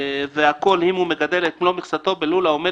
והכול אם הוא מגדל את מלוא מכסתו בלול העומד